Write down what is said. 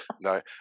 no